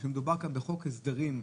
שמדובר כאן בחוק הסדרים גדול,